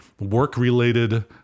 work-related